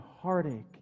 heartache